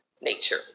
nature